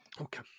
Okay